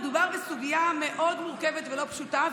מדובר בסוגיה מורכבת מאוד ולא פשוטה,